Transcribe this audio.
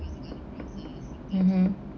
mmhmm